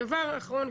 דבר אחרון.